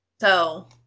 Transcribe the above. So-